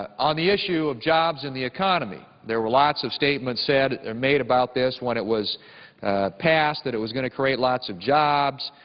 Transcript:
ah on the issue of jobs and the economy, there were lots of statements said made about this when it was passed that it was going to create lots of jobs.